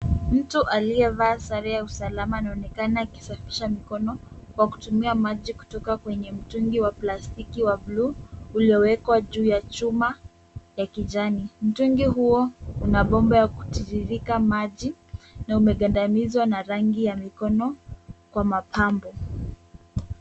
Mtu aliyevaa sare ya usalama anaonekana akisafisha mikono kwa kutumia maji kutoka kwenye mtungi wa plastiki wa bluu uliowekwa juu ya chuma ya kijani. Mtungi huo una bomba ya kutiririka maji na umegandanizwa na rangi ya mikono kwa mapambo.